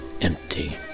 Empty